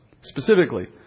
specifically